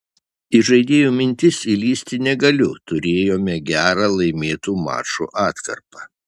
į žaidėjų mintis įlįsti negaliu turėjome gerą laimėtų mačų atkarpą